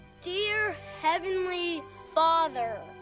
dear heavenly father,